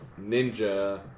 Ninja